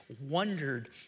wondered